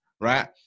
right